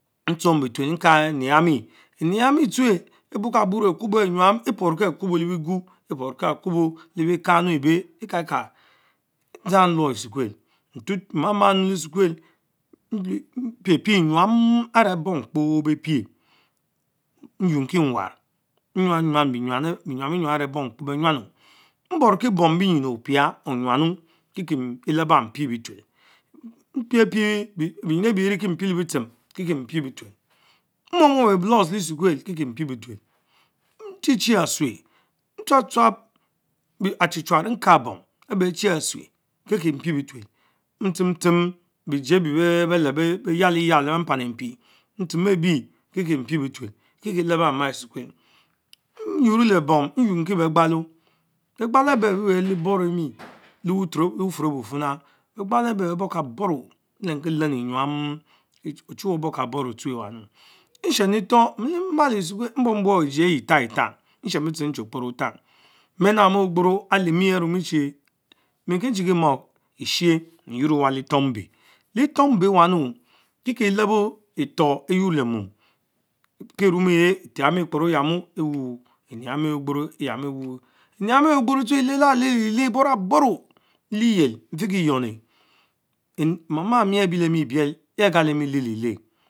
Ntchong betul nka ench Yamie, Ench yamine touch Eburrkah akubo ayamii ehh nyam, Epuorki Akubbo le biegown, Epnowkie Akubo le biekanı Ekakah ndzana no Esukuel, mma mmanu Le Esukul mpie pie Enyama are bom toue ben pie, nyuenki nwarr, nyanyuan bie nyan bie nyan bienyan are bom kpo beh nyanu, nborrki bom benyin Opia, Onyamn Kekie eleba mpie betuel. mpich pie bienyin eibie biene kie mpie lebetchem mpie betuel, mmuongmuong ben blocks le esukul kiekie mpie betuel, Entchichie atsuch, mtuab twab Atartuar nika bom abeh bee Chie asuch kikie mpien betuel mtcintchim biejie abie belep be yallieyal le beh-xapamempie mtchimlabie keken mpie betul kekie Eleba mmaa Esukuel nymorule bom nyuenki begbalo, begbalo eben be benele bovemi lebuturn obu fina, begbalo abeh behborka boro menkielen Enyam, Ochuwen alborka boro tsue ewaru, coven let or niemala fsukul mbuong-buo Ejie eyie Etang etang, nshen bitchin ntehe kper Otah. Menam are ogboro alehin chie mie kieenieki ma eshie, mieynor ewa le eformbe, Le Stor-mbe wanna kiekie elebo ftor lynour le mom, Keh numoveh etch amie ekperr ayama Ewuwun, Enchyamn Oh ogboro eyam Ewuwun. Ene Yami ehh ogboro elela lehleleh Ebora boro lee lieviel nfikie nyvonne; mamamie ehh bieleniebiel yeh galenie leh-lee-leh.